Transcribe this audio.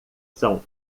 são